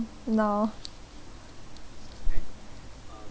no